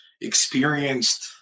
experienced